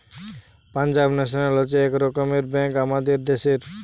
Punjab National হচ্ছে এক রকমের ব্যাঙ্ক আমাদের দ্যাশের